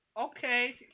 Okay